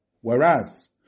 Whereas